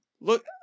Look